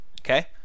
Okay